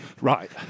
Right